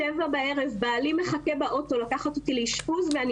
בשבע בערב בעלי מחכה באוטו לקחת אותי לאשפוז ואני